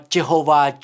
Jehovah